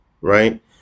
right